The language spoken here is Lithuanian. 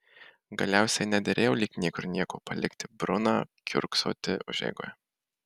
galiausiai nederėjo lyg niekur nieko palikti bruną kiurksoti užeigoje